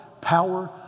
power